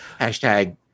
hashtag